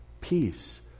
peace